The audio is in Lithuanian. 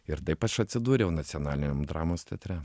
ir taip aš atsidūriau nacionaliniam dramos teatre